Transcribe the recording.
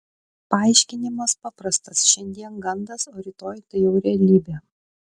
paaiškinimas paprastas šiandien gandas o rytoj tai jau realybė